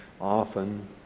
often